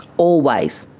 always,